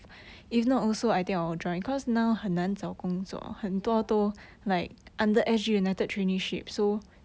ya